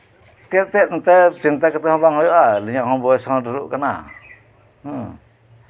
ᱪᱮᱫ ᱛᱮᱫ ᱮᱱᱛᱮᱫ ᱪᱤᱱᱛᱟ ᱠᱟᱛᱮᱜ ᱫᱚ ᱦᱩᱭᱩᱜᱼᱟ ᱟᱞᱤᱧᱟᱜ ᱵᱚᱭᱚᱥ ᱦᱚᱸ ᱰᱷᱮᱹᱨᱚᱜ ᱠᱟᱱᱟ ᱦᱮᱸ